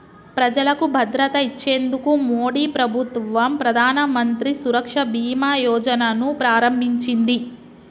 ప్రజలకు భద్రత ఇచ్చేందుకు మోడీ ప్రభుత్వం ప్రధానమంత్రి సురక్ష బీమా యోజన ను ప్రారంభించింది